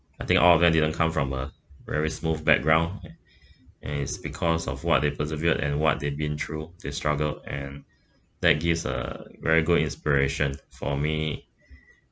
I think all of them didn't come from a very smooth background and it's because of what they persevered and what they've been through their struggle and that gives a very good inspiration for me